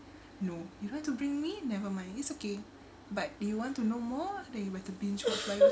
no you don't want to bring me nevermind it's okay but you want to know more then you better binge watch by yourself